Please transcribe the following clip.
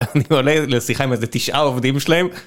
אני עולה לשיחה עם איזה תשעה עובדים שלהם.